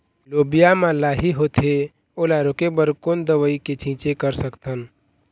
लोबिया मा लाही होथे ओला रोके बर कोन दवई के छीचें कर सकथन?